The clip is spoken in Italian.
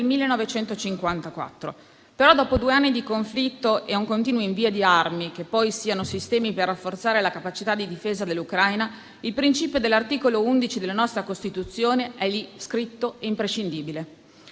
1954. Tuttavia, dopo due anni di conflitto e un continuo invio di armi - poi sono sistemi per rafforzare la capacità di difesa dell'Ucraina - il principio dell'articolo 11 della Costituzione rimane scritto e imprescindibile.